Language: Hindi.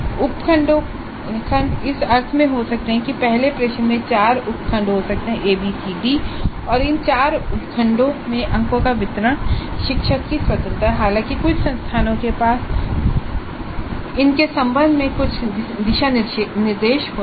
उपखंड इस अर्थ में हो सकता है कि पहले प्रश्न में चार उपखंड हो सकते हैं a b c d और इन चार उपखंडों में अंकों का वितरण शिक्षक को स्वतंत्रता है हालांकि कुछ संस्थानों के पास इनके संबंध में कुछ दिशानिर्देश हैं